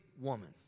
woman